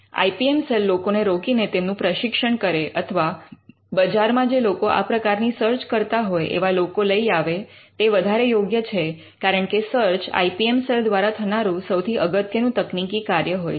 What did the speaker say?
I P M cell લોકોને રોકીને તેમનું પ્રશિક્ષણ કરે અથવા બજારમાં જે લોકો આ પ્રકારની સર્ચ કરતા હોય એવા લોકો લઈ આવે તે વધારે યોગ્ય છે કારણકે search I P M cell દ્વારા થનારું સૌથી અગત્યનું તકનીકી કાર્ય હોય છે